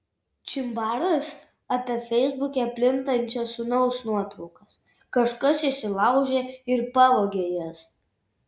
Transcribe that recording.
čimbaras apie feisbuke plintančias sūnaus nuotraukas kažkas įsilaužė ir pavogė jas